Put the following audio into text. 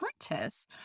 apprentice